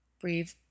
breathe